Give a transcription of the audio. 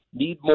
Needmore